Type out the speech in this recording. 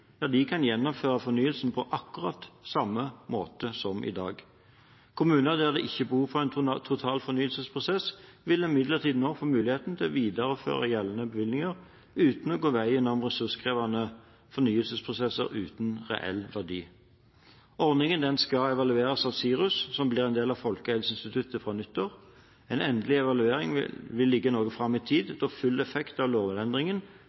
kan gjennomføre fornyelsene på akkurat samme måte som i dag. Kommuner der det ikke er behov for en total fornyelsesprosess, vil imidlertid nå få mulighet for å videreføre gjeldende bevillinger uten å gå veien om ressurskrevende fornyelsesprosesser uten reell verdi. Ordningen skal evalueres av SIRUS, som blir en del av Folkehelseinstituttet fra nyttår. En endelig evaluering vil ligge noe fram i tid, da full effekt av lovendringen